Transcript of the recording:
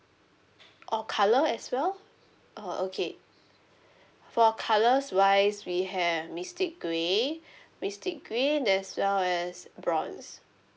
oh colour as well orh okay for colours wise we have mystic grey mystic green as well as bronze